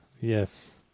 Yes